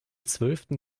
zwölften